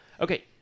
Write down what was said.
Okay